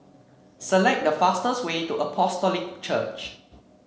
select the fastest way to Apostolic Church